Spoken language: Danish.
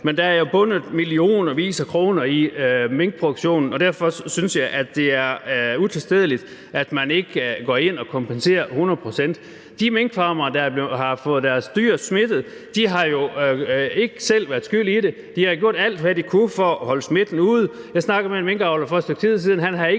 er jo bundet millioner af kroner i minkproduktionen, og derfor synes jeg, det er utilstedeligt, at man ikke går ind og kompenserer 100 pct. De minkfarmere, der har fået deres dyr smittet, har jo ikke selv været skyld i det, og de har gjort alt, hvad de kunne, for at holde smitten ude. Jeg snakkede med en minkavler for et stykke tid siden,